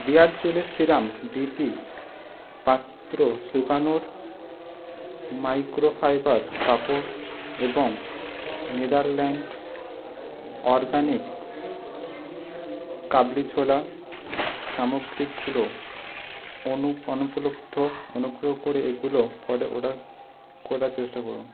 beard চুলের serum ডিপি পাত্র শুকানোর মাইক্রোফাইবার কাপড় এবং নেদারল্যান্ড অরগ্যানিক্স কাবলি ছোলা সামগ্রীকগুলো অনুপ অনুপলুব্ধ অনুগ্রহ করে এগুলো পরে অর্ডার করার চেষ্টা করুন